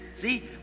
See